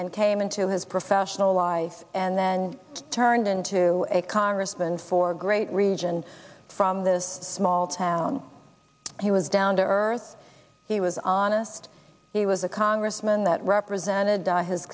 and came into his professional life and then turned into a congressman for a great region from this small town he was down to earth he was honest he was a congressman that represented his